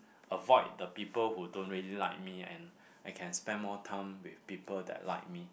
avoid the people who don't really like me and I can spend more time with people that like me